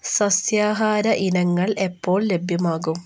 സസ്യാഹാര ഇനങ്ങൾ എപ്പോൾ ലഭ്യമാകും